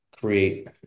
create